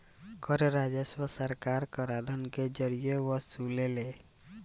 कर राजस्व सरकार कराधान के जरिए वसुलेले